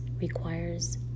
requires